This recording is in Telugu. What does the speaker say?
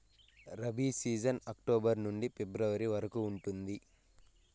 రబీ సీజన్ అక్టోబర్ నుండి ఫిబ్రవరి వరకు ఉంటుంది